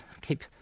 keep